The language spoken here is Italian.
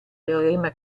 teorema